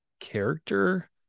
character